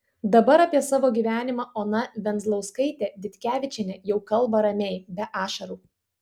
dabar apie savo gyvenimą ona venzlauskaitė ditkevičienė jau kalba ramiai be ašarų